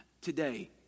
today